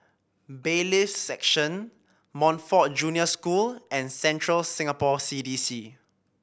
Bailiffs' Section Montfort Junior School and Central Singapore C D C